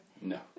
No